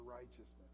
righteousness